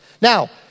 Now